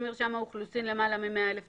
מרשם האוכלוסין למעלה מ-100,000 תושבים,